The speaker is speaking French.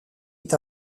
est